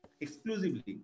exclusively